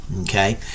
Okay